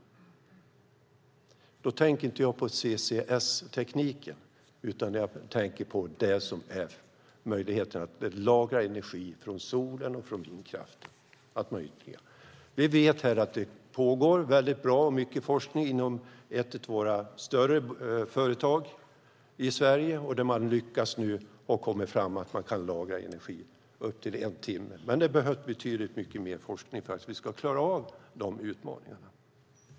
Då tänker jag inte på CCS-tekniken, utan jag tänker på möjligheten att lagra energi från sol och vindkraften. Vi vet att det pågår mycket bra forskning inom ett av våra större företag i Sverige där man nu har lyckats komma fram till att lagra energi i upp till en timme. Men det behövs betydligt mycket mer forskning för att vi ska klara av dessa utmaningar.